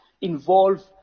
involve